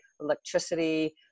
electricity